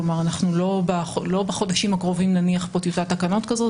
כלומר לא נניח בחודשים הקרובים טיוטת תקנות כזאת.